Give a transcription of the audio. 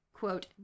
Quote